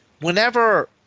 Whenever